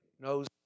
knows